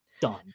done